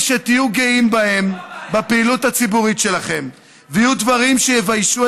יהיו דברים שתהיו גאים בהם בפעילות הציבורית שלכם ויהיו דברים שיביישו